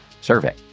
survey